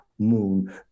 moon